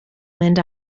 mynd